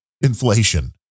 inflation